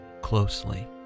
closely